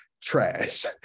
trash